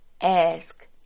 ask